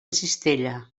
cistella